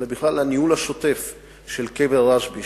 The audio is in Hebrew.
אלא בכלל הניהול השוטף של קבר רשב"י,